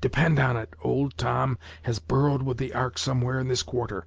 depend on it, old tom has burrowed with the ark somewhere in this quarter.